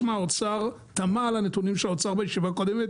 תמה על הנתונים של האוצר בישיבה הקודמת